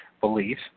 belief